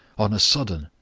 on a sudden,